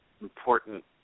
important